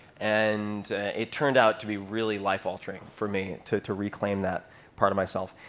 and it turned out to be really life-altering for me to to reclaim that part of myself.